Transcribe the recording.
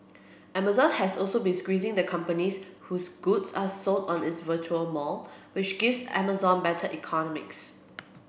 Amazon has also been squeezing the companies whose goods are sold on its virtual mall which gives Amazon better economics